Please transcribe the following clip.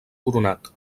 coronat